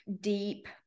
deep